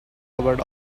about